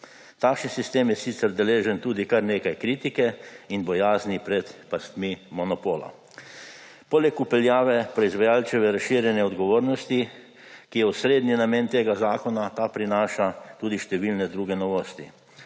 Takšen sistem je sicer deležen tudi kar nekaj kritike in bojazni pred pastmi monopola. Poleg vpeljave proizvajalčeve razširjene odgovornosti, ki je osrednji namen tega zakona, ta prinaša tudi številne druge novosti.